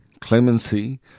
clemency